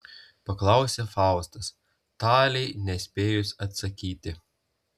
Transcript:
paklausė faustas talei nespėjus atsakyti